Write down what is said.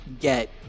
get